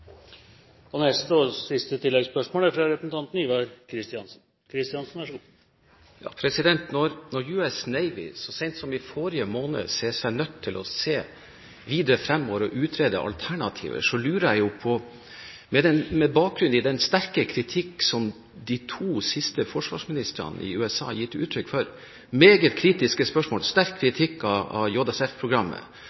fra Stortinget i fjor. Ivar Kristiansen – til siste oppfølgingsspørsmål. Når US Navy så sent som i forrige måned så seg nødt til å se videre fremover og utrede alternativer, lurer jeg på – med bakgrunn i den sterke kritikken som de to siste forsvarsministrene i USA har gitt uttrykk for gjennom meget kritiske spørsmål og sterk